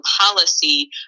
policy